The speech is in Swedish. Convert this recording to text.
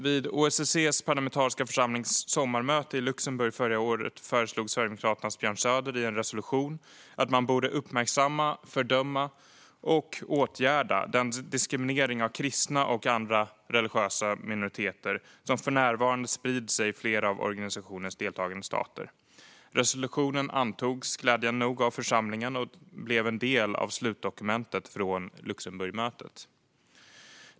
Vid OSSE:s parlamentariska församlings sommarmöte i Luxemburg förra året föreslog Sverigedemokraternas Björn Söder i en resolution att man borde uppmärksamma, fördöma och åtgärda den diskriminering av kristna och andra religiösa minoriteter som för närvarande sprider sig i flera av organisationens deltagande stater. Resolutionen antogs glädjande nog av församlingen och blev en del av slutdokumentet från Luxemburgmötet.